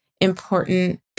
important